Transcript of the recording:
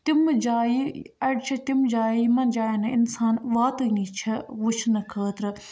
تِمہٕ جایہِ اَڑِ چھےٚ تِم جایہِ یِمَن جایَن نہٕ اِنسان واتٲنی چھےٚ وٕچھنہٕ خٲطرٕ